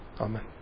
Amen